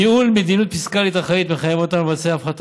ניהול מדיניות פיסקלית אחראית מחייב אותנו לבצע הפחתה